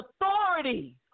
authority